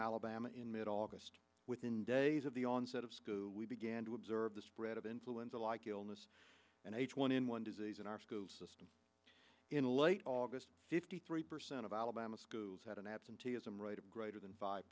alabama in mid august within days of the onset of we began to observe the spread of influenza like illness and h one n one disease in our school system in late august fifty three percent of alabama schools had an absenteeism rate of greater than five